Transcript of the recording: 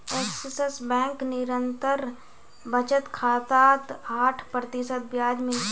axis bank निरंतर बचत खातात आठ प्रतिशत ब्याज मिल छेक